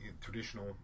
traditional